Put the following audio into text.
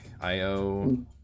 Io